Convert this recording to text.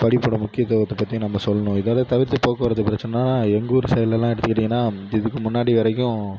படிப்போடய முக்கியத்துவத்தைப் பற்றியும் நம்ம சொல்லணும் இதை இதை தவிர்த்து போக்குவரத்து பிரச்சனைனா எங்கள் ஊர் சைட்லெலாம் எடுத்துக்கிட்டீங்கனா இதுக்கு முன்னாடி வரைக்கும்